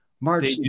march